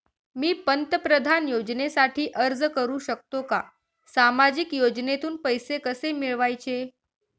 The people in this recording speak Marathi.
मी पंतप्रधान योजनेसाठी अर्ज करु शकतो का? सामाजिक योजनेतून पैसे कसे मिळवायचे